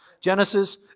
Genesis